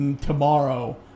tomorrow